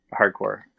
hardcore